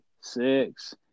six